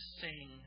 sing